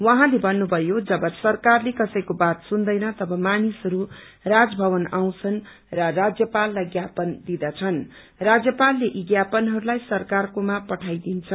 उहाँले भन्नुभयो जब सरकारले कसैको बात सुन्दैन तब मानिसहरू राजभवन आउँछनृ र राज्यपाललाई ज्ञापन दिदछन् राज्यपालले यी ज्ञापनहरूलाइसरकारकोमा पठाईदिन्छ